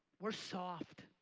we're soft.